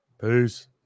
Peace